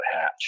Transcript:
Hatch